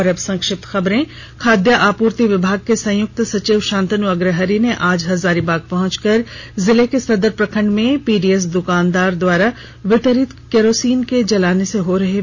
और अब संक्षिप्त खबरें खाद्य आपूर्ति विभाग के संयुक्त सचिव शांतनु अग्रहरि ने आज हजारीबाग पहुंचकर जिले के सदर प्रखंड में पीडीएस दुकानदार द्वारा वितरित केरोसिन के जलाने से हो रहे विस्फोट मामले की जांच जानकारी ली